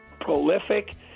prolific